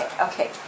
Okay